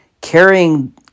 Carrying